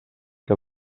que